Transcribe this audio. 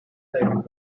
decided